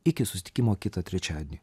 iki susitikimo kitą trečiadienį